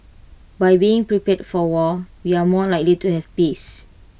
by being prepared for war we are more likely to have peace